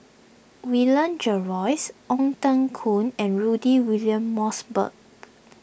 William Jervois Ong Teng Koon and Rudy William Mosbergen